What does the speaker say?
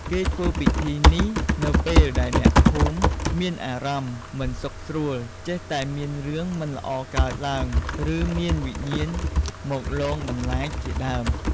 គេធ្វើពិធីនេះ នៅពេលដែលអ្នកភូមិមានអារម្មណ៍មិនសុខស្រួល ចេះតែមានរឿងមិនល្អកើតឡើង ឬមានវិញ្ញាណមកលងបន្លាចជាដើម។